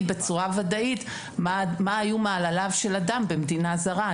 בצורה ודאית מה היו מעלליו של אדם במדינה זרה.